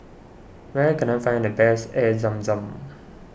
where can I find the best Air Zam Zam